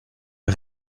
est